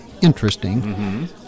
interesting